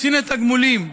קצין התגמולים,